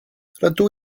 rydw